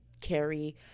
carry